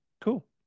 cool